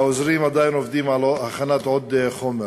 והעוזרים עדיין עובדים על הכנת עוד חומר.